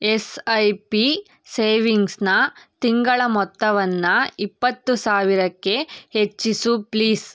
S I P ಸೇವಿಂಗ್ಸ್ನ ತಿಂಗಳ ಮೊತ್ತವನ್ನು ಇಪ್ಪತ್ತು ಸಾವಿರಕ್ಕೆ ಹೆಚ್ಚಿಸು ಪ್ಲೀಸ್